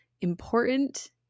important